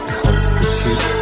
constitute